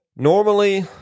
Normally